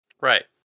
Right